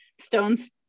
stones